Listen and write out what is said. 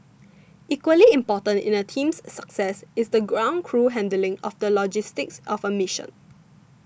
equally important in a team's success is the ground crew handling of the logistics of a mission